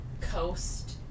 coast